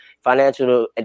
financial